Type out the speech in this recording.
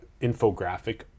infographic